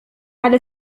على